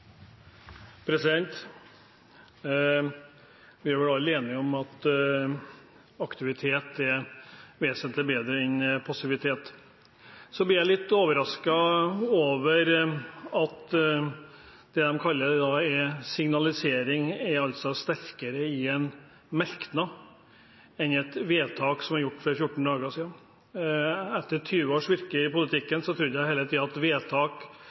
Vi er vel alle enige om at aktivitet er vesentlig bedre enn passivitet. Så blir jeg litt overrasket over at det en kaller signalisering, er sterkere i en merknad enn i et vedtak som er gjort for 14 dager siden. Gjennom 20 års virke i politikken har jeg hele tiden trodd at et vedtak